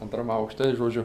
antram aukšte žodžiu